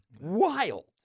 Wild